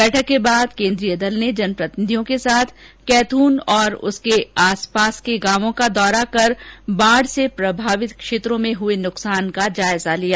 बैठक के बाद केंद्रीय दल ने जनप्रतिनिधियों के साथ कैथ्न और उसके आसपास के गांवों का दौरा कर बाढ से प्रभावित क्षेत्रों में हुए नुकसान का जायजा लिया